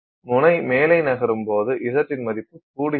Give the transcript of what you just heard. முனை மேலே நகரும்போது Z மதிப்பு கூடுகிறது